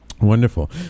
wonderful